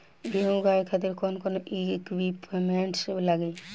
गेहूं उगावे खातिर कौन कौन इक्विप्मेंट्स लागी?